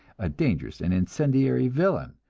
a dangerous and incendiary villain,